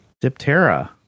Diptera